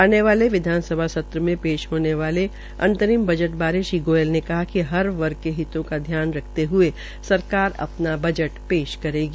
आने वाले विधानसभा में पेश होने वाले अंतरिम बजट बारे श्री गोयल ने कहा कि हर वर्ग के हितों का ध्यान रखते हये सरकार अपना बजट पेश करेगी